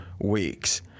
weeks